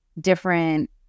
different